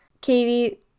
Katie